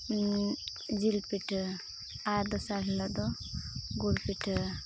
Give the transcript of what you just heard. ᱡᱤᱞ ᱯᱤᱴᱷᱟᱹ ᱟᱨ ᱫᱚᱥᱟᱨ ᱦᱤᱞᱳᱜ ᱫᱚ ᱜᱩᱲ ᱯᱤᱴᱷᱟᱹ